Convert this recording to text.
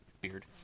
Beard